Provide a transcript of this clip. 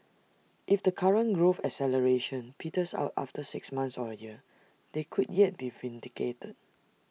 if the current growth acceleration peters out after six months or A year they could yet be vindicated